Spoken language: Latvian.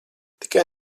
tikai